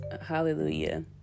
hallelujah